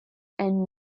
and